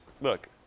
Look